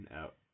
out